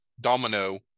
domino